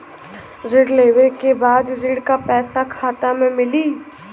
ऋण लेवे के बाद ऋण का पैसा खाता में मिली?